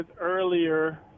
earlier